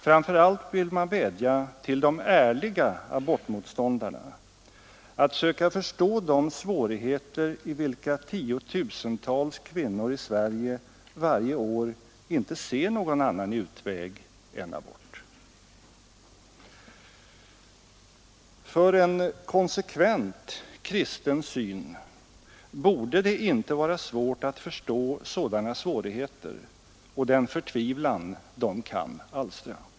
Framför allt vill man vädja till de ärliga motståndarna att söka förstå de svårigheter i vilka tiotusentals kvinnor i Sverige varje år inte ser någon annan utväg än abort. För en konsekvent kristen syn borde det inte vara svårt att förstå sådana svårigheter och den förtvivlan de kan alstra.